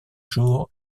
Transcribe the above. jours